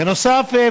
בנוסף,